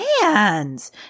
hands